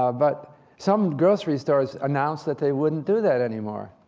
ah but some grocery stores announced that they wouldn't do that anymore.